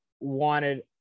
wanted